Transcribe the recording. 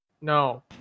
No